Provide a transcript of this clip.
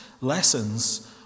lessons